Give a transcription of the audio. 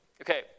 Okay